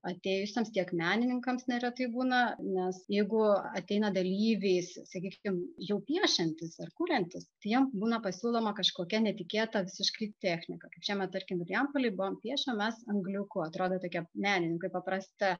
atėjusiems tiek menininkams neretai būna nes jeigu ateina dalyviai sakykim jau piešiantys ar kuriantys tai jiem būna pasiūloma kažkokia netikėta visiškai technika kaip šiemet tarkim vilijampolėje buvo piešėm mes angliuku atrodo tokia menininkui paprasta